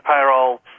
payroll